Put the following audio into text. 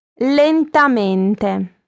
lentamente